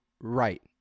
right